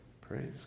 Praise